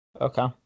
Okay